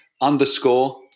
underscore